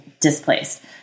displaced